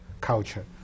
culture